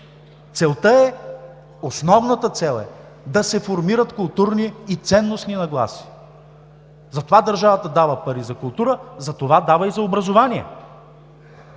културата. Основната цел е да се формират културни и ценностни нагласи, затова държавата дава пари за култура, затова дава и за образование.